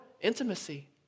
intimacy